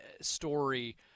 story